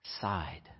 sighed